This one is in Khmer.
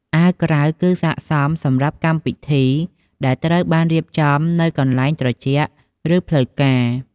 អាវក្រៅគឺស័ក្តិសមសម្រាប់កម្មពិធីដែលត្រូវបានរៀបចំនៅកន្លែងត្រជាក់ ឬផ្លូវការ។